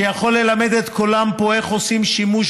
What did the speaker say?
שיכול ללמד את כולם פה איך עושים שימוש